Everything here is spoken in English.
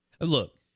look